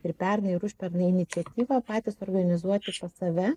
ir pernai ir užpernai iniciatyvą patys organizuoti pas save